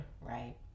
Right